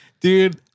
Dude